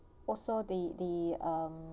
also the the um